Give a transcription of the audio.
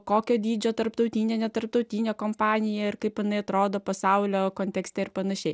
kokio dydžio tarptautinė ne tarptautinė kompanija ir kaip jinai atrodo pasaulio kontekste ir panašiai